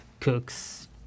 cooks